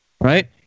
Right